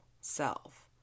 self